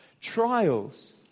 Trials